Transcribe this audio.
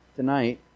Tonight